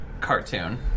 cartoon